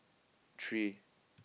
three